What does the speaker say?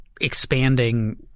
expanding